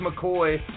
McCoy